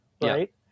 Right